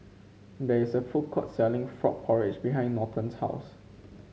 there is a food court selling Frog Porridge behind Norton's house